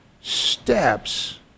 steps